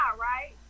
right